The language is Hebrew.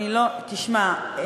תשמע,